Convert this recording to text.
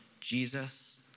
Jesus